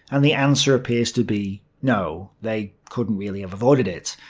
and the answer appears to be no, they couldn't really have avoided it.